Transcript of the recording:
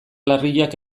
larriak